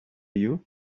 you